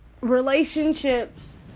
relationships